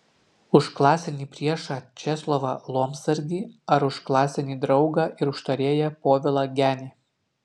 už klasinį priešą česlovą lomsargį ar už klasinį draugą ir užtarėją povilą genį